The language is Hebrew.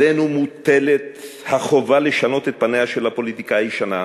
עלינו מוטלת החובה לשנות את פניה של הפוליטיקה הישנה,